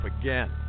again